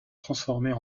transformées